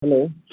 hello